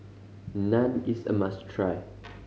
Naan is a must try